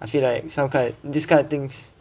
I feel like some kind this kind of things